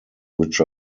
which